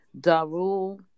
Darul